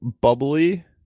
bubbly